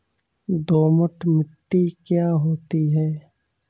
दोमट मिट्टी क्या होती हैं?